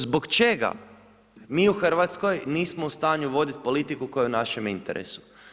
Zbog čega mi u Hrvatskoj nismo u stanju voditi politiku koja je u našem interesu?